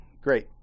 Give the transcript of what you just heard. great